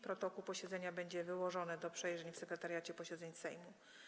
Protokół posiedzenia będzie wyłożony do przejrzenia w Sekretariacie Posiedzeń Sejmu.